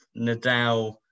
Nadal